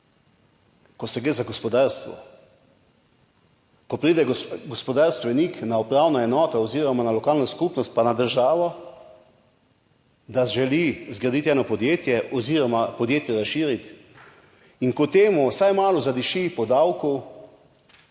ko gre za gospodarstvo, ko pride gospodarstvenik na upravno enoto oziroma na lokalno skupnost, pa na državo, da želi zgraditi eno podjetje oziroma podjetje razširiti. In ko temu vsaj malo zadiši po davku,